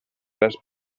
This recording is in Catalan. les